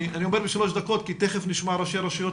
אני אומר שלוש דקות כי תיכף נשמע ראשי רשויות